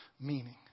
meaning